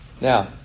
Now